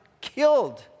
killed